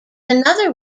another